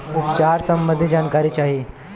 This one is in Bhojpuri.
उपचार सबंधी जानकारी चाही?